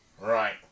Right